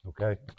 okay